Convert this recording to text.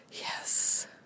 Yes